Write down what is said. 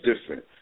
different